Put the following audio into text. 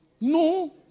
No